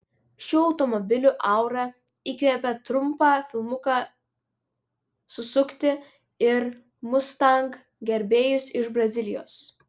šių automobilių aura įkvėpė trumpą filmuką susukti ir mustang gerbėjus iš brazilijos